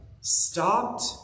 stopped